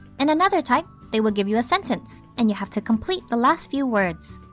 in another type, they will give you a sentence and you have to complete the last few words.